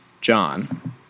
John